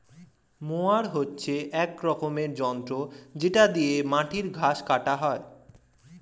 mower হচ্ছে এক রকমের যন্ত্র যেটা দিয়ে মাটির ঘাস কাটা হয়